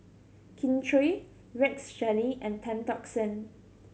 Kin Chui Rex Shelley and Tan Tock San